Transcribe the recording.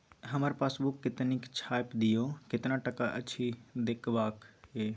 हमर पासबुक के तनिक छाय्प दियो, केतना टका अछि देखबाक ये?